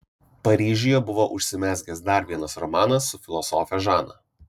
paryžiuje buvo užsimezgęs dar vienas romanas su filosofe žana